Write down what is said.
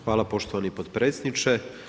Hvala poštovani podpredsjedniče.